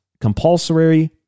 compulsory